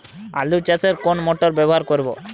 আলু চাষে কোন মোটর ব্যবহার করব?